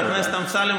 חבר הכנסת אמסלם,